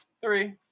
Three